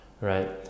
right